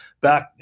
back